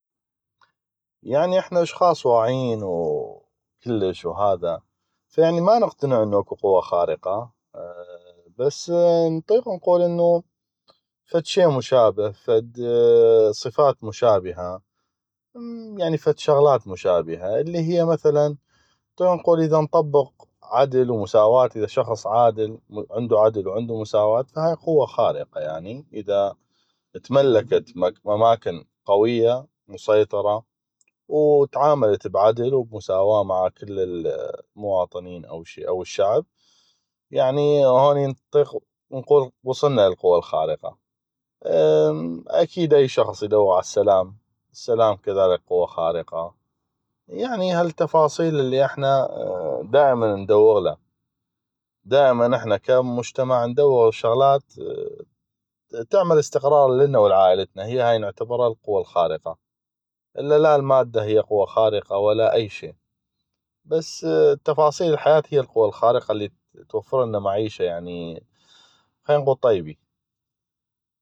يعني احنا اشخاص واعيين كلش وهذا يعني ما نقتنع انو اكو قوة خارقة بس نطيق نقول انو فدشي مشابه فد صفات مشابهة يعني فد شغلات مشابهة اللي هي مثلا يعني نطيق نقول إذا نطبق عدل ومساواة إذا شخص عادل عندو عدل وعندو مساواة ف هاي قوة خارقة يعني إذا تملكت اماكن قوية ومسيطرة و تعاملت بعدل وبمساواة مع كل المواطنين وكل الشعب يعني هوني نطيق نقول وصلنا للقوة الخارقة اكيد أي شخص يدوغ عالسلام السلام كذلك قوة خارقة يعني هالتفاصيل اللي احنا دائما ندوغله دائما احنا كمجتمع ندوغ الشغلات تعمل استقرار اللنا ولعائلتنا هي هاي نعتبره القوة الخارقة الا لا المادة هي القوة الخارقة ولا أي شي بس تفاصيل الحياة هي القوة الخارقة اللي توفرلنا معيشة خلي نقول طيبي